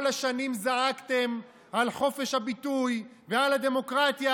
כל השנים זעקתם על חופש הביטוי ועל הדמוקרטיה,